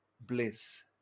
bliss